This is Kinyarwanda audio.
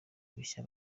mushya